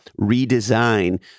redesign